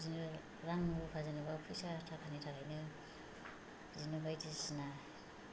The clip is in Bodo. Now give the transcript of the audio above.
बिदिनो रां रुफा जेनेबा फैसा थाखानि थाखायनो बिदिनो बायदिसिना